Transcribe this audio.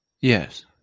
Yes